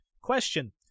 question